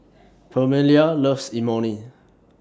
Permelia loves Imoni